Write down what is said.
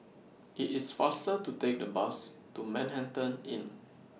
IT IS faster to Take The Bus to Manhattan Inn